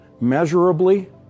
measurably